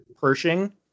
Pershing